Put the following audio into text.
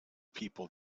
people